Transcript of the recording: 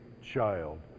child